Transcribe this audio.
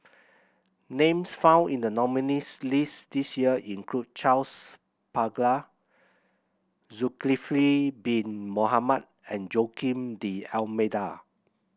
names found in the nominees' list this year include Charles Paglar Zulkifli Bin Mohamed and Joaquim D'Almeida